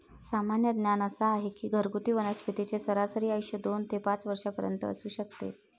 सामान्य ज्ञान असा आहे की घरगुती वनस्पतींचे सरासरी आयुष्य दोन ते पाच वर्षांपर्यंत असू शकते